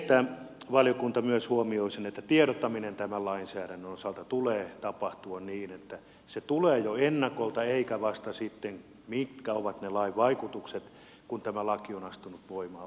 valiokunnan tulee myös huomioida se että tiedottamisen tämän lainsäädännön osalta tulee tapahtua niin että se tulee jo ennakolta eikä vasta sitten niin että mitkä ovat ne lain vaikutukset kun tämä laki on astunut voimaan